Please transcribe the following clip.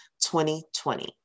2020